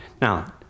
Now